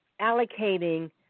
allocating